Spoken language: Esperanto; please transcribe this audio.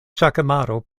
ĵakemaro